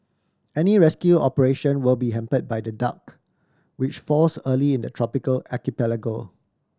any rescue operation will be hamper by the dark which falls early in the tropical archipelago